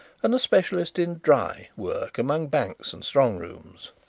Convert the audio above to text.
and a specialist in dry work among banks and strong-rooms.